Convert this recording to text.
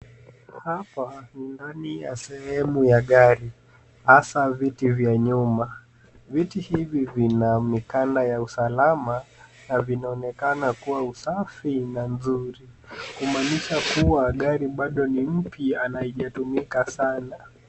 Hapa ni ndani ya sehemu ya gari hasa viti vya nyuma. Viti hivi vina mikanda ya usalama na vinaonekana kuwa usafi na nzuri kumaanisha kuwa gari bado ni mpya na haijatumika sana.